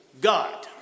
God